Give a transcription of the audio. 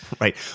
Right